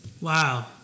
wow